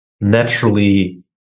Naturally